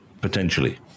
potentially